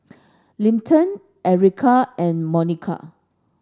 Linton Ericka and Monika